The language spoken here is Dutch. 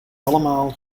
allemaal